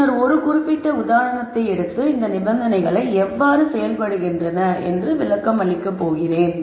பின்னர் ஒரு குறிப்பிட்ட உதாரணத்தை எடுத்து இந்த நிபந்தனைகள் எவ்வாறு செயல்படுகின்றன என்பதை விளக்கம் அளிக்கிறேன்